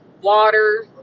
water